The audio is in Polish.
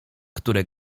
które